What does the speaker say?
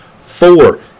four